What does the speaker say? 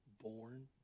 born